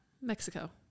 Mexico